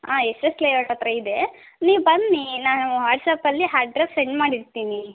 ಹಾಂ S S layout ಹತ್ರ ಇದೆ ನೀವು ಬನ್ನಿ ನಾನು ವಾಟ್ಸ್ಅಪ್ಪಲ್ಲಿ ಹಡ್ರೆಸ್ ಸೆಂಡ್ ಮಾಡಿರ್ತೀನಿ